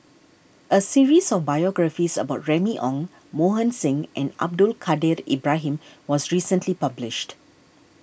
a series of biographies about Remy Ong Mohan Singh and Abdul Kadir Ibrahim was recently published